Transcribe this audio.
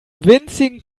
winzigen